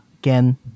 Again